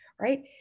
right